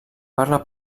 parla